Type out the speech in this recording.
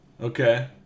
Okay